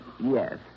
Yes